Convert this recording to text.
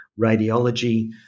radiology